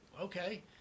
okay